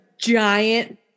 giant